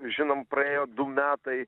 žinom praėjo du metai